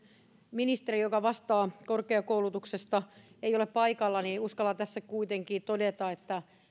ministeri joka vastaa korkeakoulutuksesta ei ole paikalla mutta uskallan tässä kuitenkin todeta että